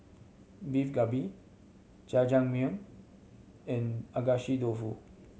Beef Galbi Jajangmyeon and Agedashi Dofu